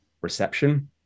reception